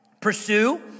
Pursue